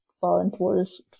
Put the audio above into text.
Volunteers